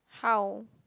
how